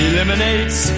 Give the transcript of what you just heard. Eliminates